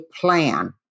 plan